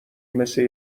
مثه